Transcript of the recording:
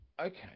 Okay